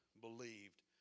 believed